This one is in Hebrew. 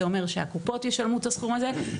זה אומר שהקופות ישלמו את הסכום הזה.